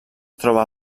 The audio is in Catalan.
troba